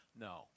No